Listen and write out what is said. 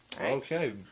Okay